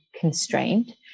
constrained